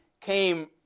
came